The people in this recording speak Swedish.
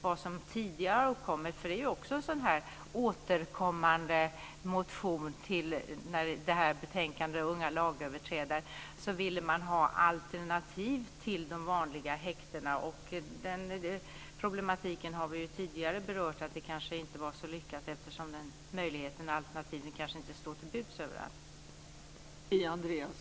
Tidigare har det framkommit - och det är också en sådan här återkommande motion när det gäller det här betänkandet om unga lagöverträdare - att man ville ha alternativ till de vanliga häktena. Den problematiken har vi ju tidigare berört. Det var kanske inte så lyckat eftersom den möjligheten inte står till buds överallt.